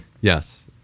yes